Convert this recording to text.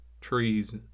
trees